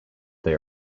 they